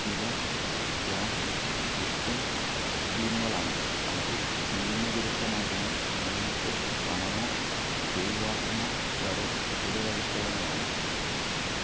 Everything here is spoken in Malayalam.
ഇവ ക്യാഷ് ഗിഫ്റ്റിങ് സ്കീമുകളാണ് അത് നിയമവിരുദ്ധമായതിനാൽ നിങ്ങൾക്ക് പണമോ ജയിൽവാസമോ വരെ ചിലവഴിക്കാവുന്നതാണ്